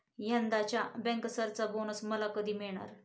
यंदाच्या बँकर्सचा बोनस मला कधी मिळणार?